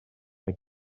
mae